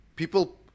People